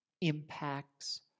impacts